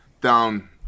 down